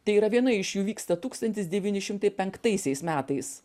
tai yra viena iš jų vyksta tūkstantis devyni šimtai penktaisiais metais